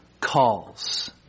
calls